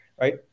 right